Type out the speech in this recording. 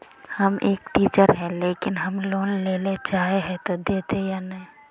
हम एक टीचर है लेकिन हम लोन लेले चाहे है ते देते या नय?